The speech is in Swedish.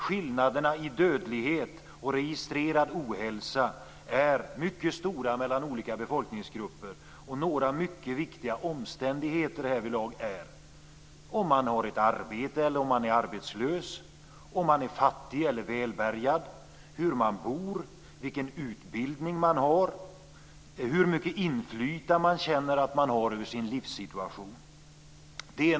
Skillnaderna i dödlighet och registrerad ohälsa är mycket stora mellan olika befolkningsgrupper, och några mycket viktiga omständigheter härvidlag är om man har ett arbete eller är arbetslös, om man är fattig eller välbärgad, hur man bor, vilken utbildning man har och hur mycket inflytande man känner att man har över sin livssituation.